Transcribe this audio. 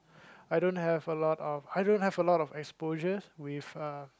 I don't have a lot of I don't have a lot of exposures with uh